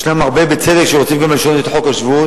יש הרבה, בצדק, שרוצים גם לשנות את חוק השבות.